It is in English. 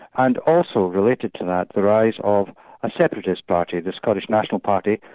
and also related to that, the rise of a separatist party, the scottish national party,